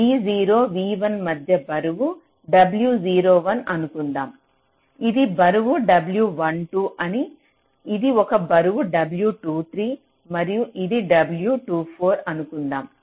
V0 V1 మధ్య బరువు W01 అనుకుందాం ఇది బరువు W12 అని ఇది ఒక బరువు W23 మరియు ఇది W24 అనుకుందాం